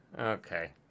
okay